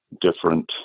different